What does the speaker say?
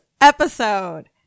episode